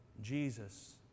Jesus